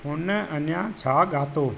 हुन अञा छा ॻायो